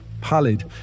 pallid